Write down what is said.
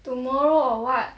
tomorrow or what